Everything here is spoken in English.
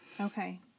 Okay